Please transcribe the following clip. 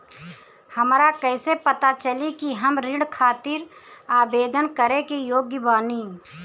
हमरा कईसे पता चली कि हम ऋण खातिर आवेदन करे के योग्य बानी?